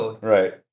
Right